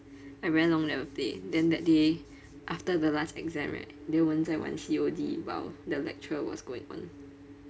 I very long never play then that day after the last exam right then 我们在玩 C_O_D while the lecture was going on